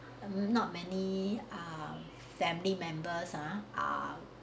mm not many ah family members ah are